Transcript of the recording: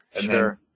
sure